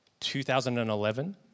2011